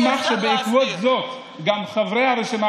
אני אשמח שבעקבות זאת גם חברי הרשימה